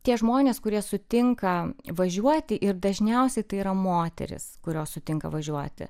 tie žmonės kurie sutinka važiuoti ir dažniausiai tai yra moterys kurios sutinka važiuoti